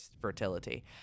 fertility